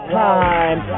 time